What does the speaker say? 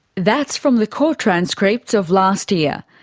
that's from the court transcripts of last year.